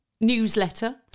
newsletter